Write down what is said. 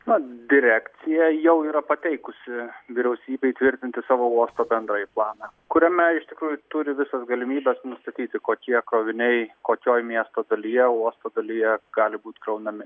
na direkcija jau yra pateikusi vyriausybei tvirtinti savo uosto bendrąjį planą kuriame iš tikrųjų turi visas galimybes nustatyti kokie kroviniai kokioj miesto dalyje uosto dalyje gali būt kraunami